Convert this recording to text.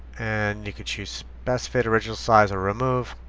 and you can choose best fit, original size or remove.